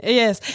yes